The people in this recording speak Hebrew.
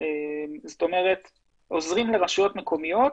זאת אומרת עוזרים לרשויות מקומיות